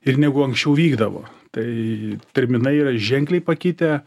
ir negu anksčiau vykdavo tai terminai yra ženkliai pakitę